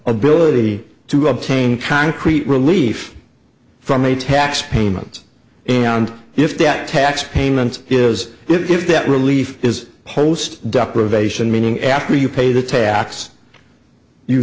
ability to obtain concrete relief from a tax payments and if that tax payment is if that relief is post doctor of asian meaning after you pay the tax you